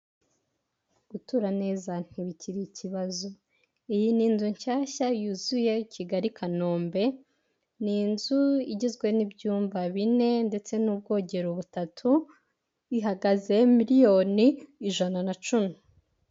Gutura neza ntibikiri ikibazo iyi ni inzu nshyashya yuzuye Kigali i Kanombe, ni inzu igizwe n'ibyumba bine ndetse n'ubwogero butatu, ihagaze miliyoni ijana na cumi.